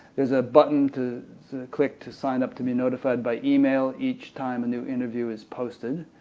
there's a button to click to sign up to be notified by email each time a new interview is posted.